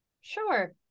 Sure